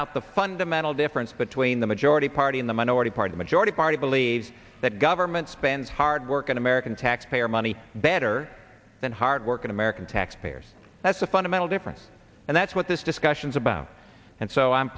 out the fundamental difference between the majority party in the minority party a majority party believe that government spends hardworking american taxpayer money better than hardworking american taxpayers that's the fundamental difference and that's what this discussions about and so i'm